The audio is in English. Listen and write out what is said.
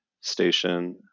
station